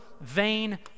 vain